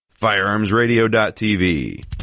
firearmsradio.tv